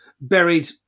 buried